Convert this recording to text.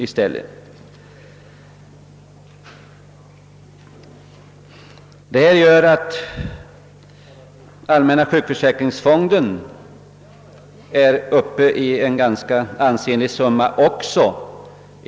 Detta innebär att den allmänna sjukförsäkringsfonden är uppe i rätt ansenliga belopp.